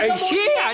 אני אישי?